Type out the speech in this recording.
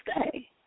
stay